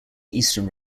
eastern